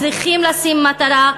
צריכים לשים מטרה.